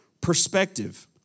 perspective